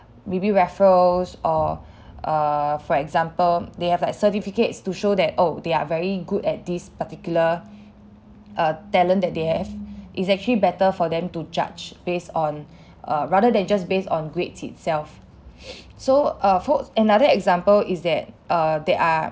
maybe referrals or err for example they have like certificates to show that oh they are very good at this particular uh talent that they have it's actually better for them to judge based on uh rather than just based on grades itself so uh for another example is that err there are